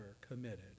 committed